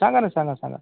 सांगा ना सांगा सांगा